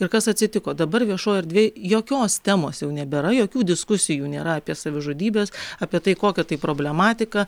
ir kas atsitiko dabar viešoj erdvėj jokios temos jau nebėra jokių diskusijų nėra apie savižudybes apie tai kokia tai problematika